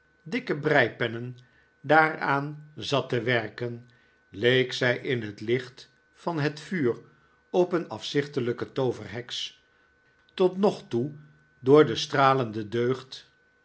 dikke breipennen daaraan zat te werken leek zij in het licht van het vuur op een afzichtelijke tooverheks tot nog toe door de stralende deugd